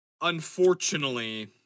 unfortunately